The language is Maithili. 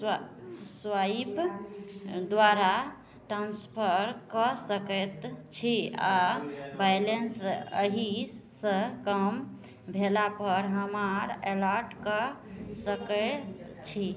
स्वाइप द्वारा ट्रान्सफर कऽ सकै छी आओर बैलेन्स एहिसे कम भेलापर हमरा एलर्ट कऽ सकै छी